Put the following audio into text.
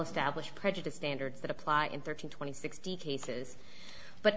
established prejudice standards that apply in thirty twenty sixty cases but